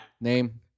name